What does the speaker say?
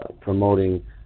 promoting